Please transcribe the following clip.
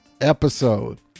episode